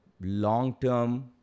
long-term